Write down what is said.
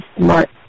smart